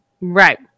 Right